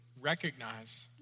recognize